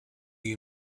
you